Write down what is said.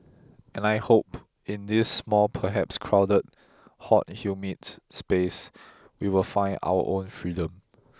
and I hope in this small perhaps crowded hot humid space we will find our own freedom